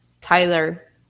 Tyler